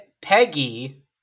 Peggy